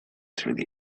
through